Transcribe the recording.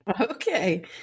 okay